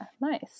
nice